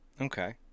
Okay